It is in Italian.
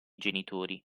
genitori